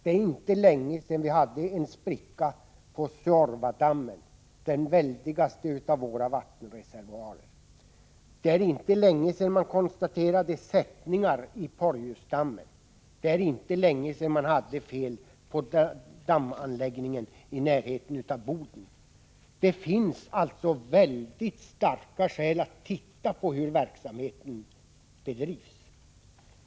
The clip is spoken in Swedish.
Det är inte länge sedan vi hade en spricka i Suorvadammen, den väldigaste av våra vattenreservoarer. Det är inte länge sedan man konstaterade sättningar i Porjusdammen. Det är inte heller länge sedan det var fel på dammanläggningen i närheten av Boden. Det finns alltså mycket starka skäl för att titta på hur verksamheten bedrivs.